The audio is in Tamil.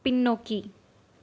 பின்னோக்கி